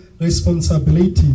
responsibility